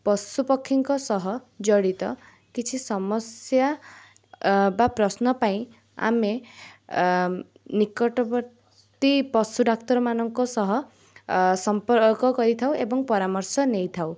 ପଶୁପକ୍ଷୀଙ୍କ ସହ ଜଡ଼ିତ କିଛି ସମସ୍ୟା ବା ପ୍ରଶ୍ନପାଇଁ ଆମେ ନିକଟବର୍ତ୍ତୀ ପଶୁ ଡାକ୍ତରମାନଙ୍କ ସହ ସମ୍ପର୍କ କରିଥାଉ ଏବଂ ପରାମର୍ଶ ନେଇଥାଉ